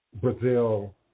Brazil